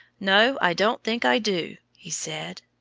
no, i don't think i do, he said.